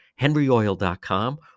henryoil.com